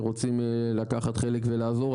שרוצים לקחת חלק ולעזור.